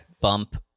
bump